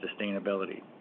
sustainability